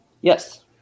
Yes